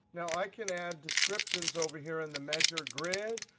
now, i can add descriptions over here in the measure grid.